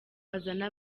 azana